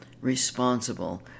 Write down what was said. responsible